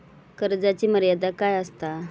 कर्जाची मर्यादा काय असता?